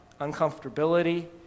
uncomfortability